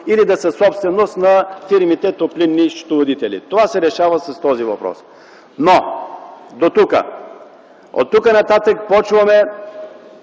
или да са собственост на фирмите – топлинни счетоводители. Това се решава с този текст. Но, дотук. Оттук нататък започваме